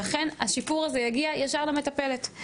שאכן השיפור הזה יגיע ישר למטפלת.